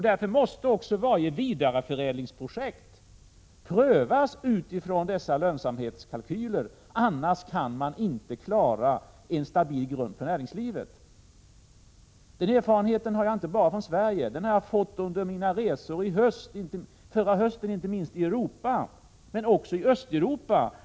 Därför måste också varje vidareförädlingsprojekt prövas med hänsyn till lönsamhetskalkyler. Annars kan man inte få en stabil grund för näringslivet. Denna erfarenhet har jag inte bara från Sverige, utan även, och inte minst, från mina resor förra hösten i olika delar av Europa, även i Östeuropa.